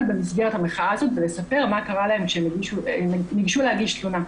במסגרת המחאה הזאת ולספר מה קרה להם כשהם ניגשו להגיש תלונה.